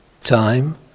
time